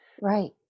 Right